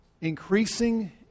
increasing